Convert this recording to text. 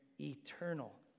eternal